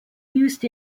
used